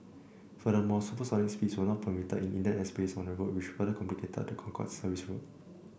furthermore supersonic speeds were not permitted in Indian airspace on the route which further complicated the Concorde service's route